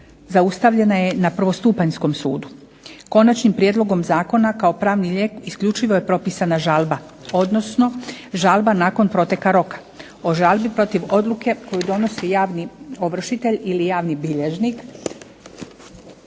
zaustavljena je na prvostupanjskom sudu. Konačnim prijedlogom zakona kao pravni lijek isključivo je propisana žalba, odnosno žalba nakon proteka roka. O žalbi protiv odluke koju donosi javni ovršitelj ili javni bilježnik